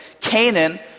Canaan